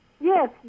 Yes